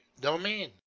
domain